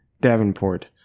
Davenport